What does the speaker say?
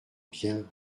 bien